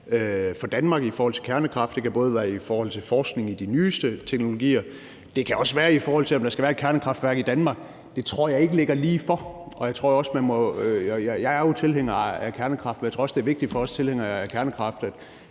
for Danmark i forhold til kernekraft. Det kan både være i forhold til forskning i de nyeste teknologier, og det kan også være, i forhold til om der skal være et kernekraftværk i Danmark. Det tror jeg ikke ligger lige for, og jeg tror også – og jeg er jo tilhænger af kernekraft – det er vigtigt for os tilhængere af kernekraft